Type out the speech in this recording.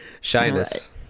Shyness